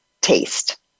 taste